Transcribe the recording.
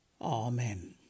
Amen